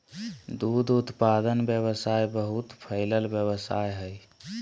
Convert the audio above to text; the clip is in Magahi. दूध उत्पादन व्यवसाय बहुत फैलल व्यवसाय हइ